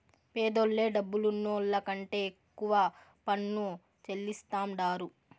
పేదోల్లే డబ్బులున్నోళ్ల కంటే ఎక్కువ పన్ను చెల్లిస్తాండారు